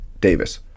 Davis